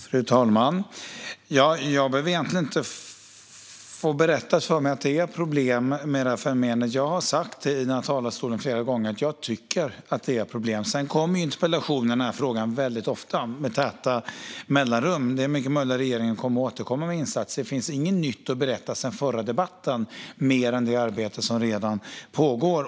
Fru talman! Jag behöver egentligen inte få berättat för mig att det finns problem med detta fenomen. Jag har sagt flera gånger i denna talarstol att jag tycker att det finns problem. Det kommer väldigt ofta interpellationer i denna fråga, och det är mycket möjligt att regeringen kommer att återkomma med insatser. Det finns dock inget nytt att berätta sedan den förra debatten mer än vad gäller det arbete som redan pågår.